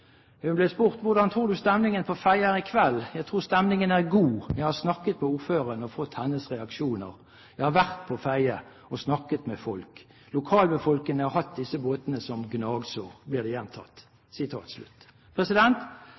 Hun ble spurt: «Hvordan tror du stemningen på Fedje er i kveld? – Jeg tror stemningen der er god i dag. Jeg har selv snakket med ordføreren og fått hennes reaksjoner. Jeg har vært på Fedje og syntes det var nyttig å være der og snakke med folk.» Og det blir gjentatt: